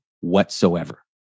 whatsoever